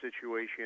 situation